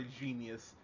genius